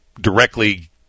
directly